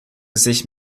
sich